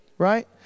right